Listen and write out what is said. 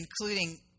including